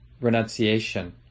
renunciation